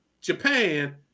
Japan